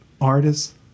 artists